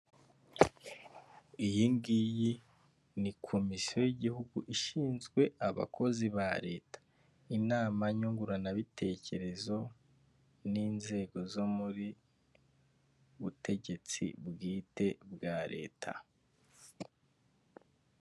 Iyi ngiyi ni komisiyo y' igihugu ishinzwe abakozi ba leta inama nyunguranabitekerezo n'inzego zo mu butegetsi bwite bwa leta.